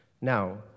Now